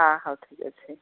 ହାଁ ହଉ ଠିକ୍ ଅଛି